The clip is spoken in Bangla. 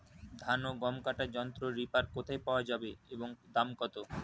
ধান ও গম কাটার যন্ত্র রিপার কোথায় পাওয়া যাবে এবং দাম কত?